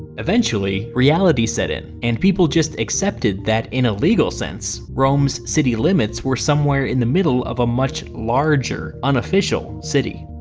eventually, reality set in, and people just accepted that in a legal sense, rome's city limits were somewhere in the middle of a much larger unofficial city.